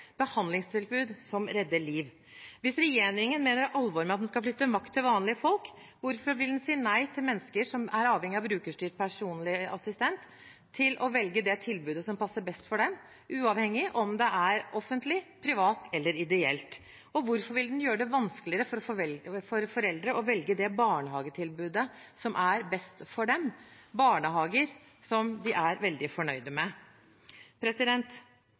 behandlingstilbud som redder liv? Hvis regjeringen mener alvor med at den skal flytte makt til vanlige folk, hvorfor vil den si nei til at mennesker som er avhengig av brukerstyrt personlig assistent, kan velge det tilbudet som passer best for dem, uavhengig av om det er offentlig, privat eller ideelt? Hvorfor vil den gjøre det vanskeligere for foreldre å velge det barnehagetilbudet som er best for dem, barnehager de er veldig fornøyd med?